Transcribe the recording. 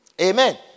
Amen